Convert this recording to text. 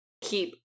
keep